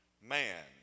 man